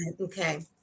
Okay